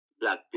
Black